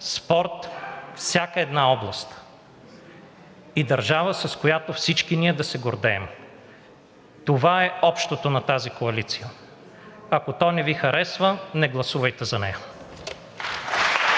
спорт, във всяка една област, и държава, с която всички ние да се гордеем. Това е общото на тази коалиция. Ако то не Ви харесва, не гласувайте за нея.